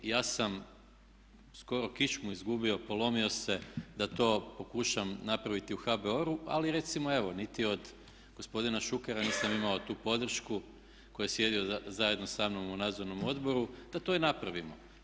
Ja sam skoro kičmu izgubio, polomio se da to pokušam napraviti u HBOR-u, ali recimo evo, niti od gospodina Šukera nisam imao tu podršku koji je sjedio zajedno samnom u nadzornom odboru da to i napravimo.